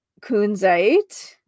kunzite